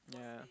yeah